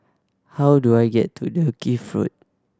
how do I get to Dalkeith Road